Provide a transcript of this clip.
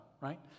right